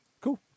cool